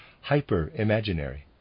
hyper-imaginary